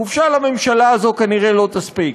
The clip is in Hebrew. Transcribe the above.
חופשה לממשלה הזאת כנראה לא תספיק.